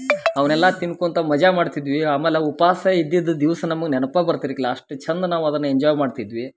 ಅವ್ನೆಲ್ಲಾ ತಿನ್ಕೊಳ್ತಾ ಮಜಾ ಮಾಡ್ತಿದ್ವಿ ಆಮೇಲೆ ಅವು ಉಪವಾಸ ಇದ್ದಿದ್ದ ದಿವಸ ನಮಗೆ ನೆನಪು ಬರ್ತಿರಕಿಲ್ಲ ಅಷ್ಟು ಚಂದ ನಾವು ಅದನ್ನ ಎಂಜಾಯ್ ಮಾಡ್ತಿದ್ವಿ